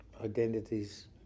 identities